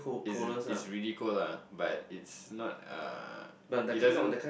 it's it's really cold lah but it's not uh it doesn't